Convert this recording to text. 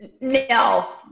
no